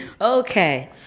Okay